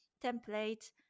template